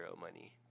money